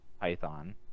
Python